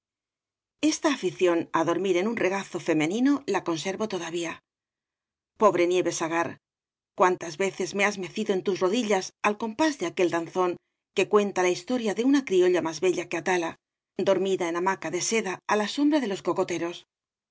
esta afición á dormir en un regazo femenino la conservo todavía pobre nieves agar cuántas veces me has mecido en tus rodillas al compás de aquel danzón que cuenta la historia de una criolla más bella que átala dormida en ha sfe obrade valle inclan g maca de seda á la sombra de los cocoteros